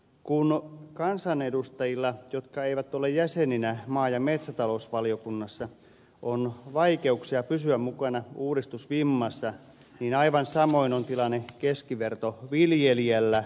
kun kansanedustajilla jotka eivät ole jäseninä maa ja metsätalousvaliokunnassa on vaikeuksia pysyä mukana uudistusvimmassa niin aivan samoin on tilanne keskivertoviljelijällä